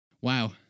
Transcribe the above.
Wow